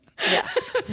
Yes